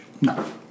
No